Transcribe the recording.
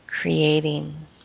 creating